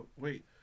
wait